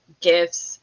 gifts